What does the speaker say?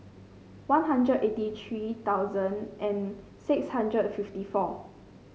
One Hundred eighty three thousand and six hundred and fifty four